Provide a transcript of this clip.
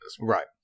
Right